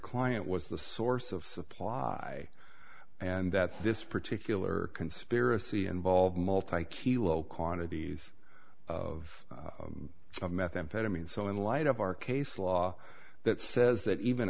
client was the source of supply and that this particular conspiracy involved multi kilos quantities of methamphetamine so in light of our case law that says that even